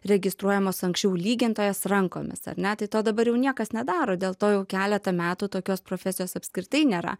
registruojamos anksčiau lygintojas rankomis ar ne tai to dabar jau niekas nedaro dėl to jau keletą metų tokios profesijos apskritai nėra